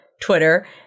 Twitter